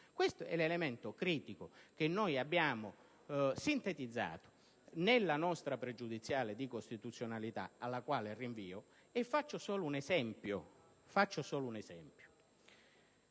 Questo è l'elemento critico che noi abbiamo sintetizzato nella nostra pregiudiziale di costituzionalità, alla quale rinvio, facendo solo un esempio: